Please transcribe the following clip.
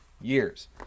years